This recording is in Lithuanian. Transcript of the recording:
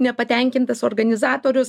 nepatenkintas organizatorius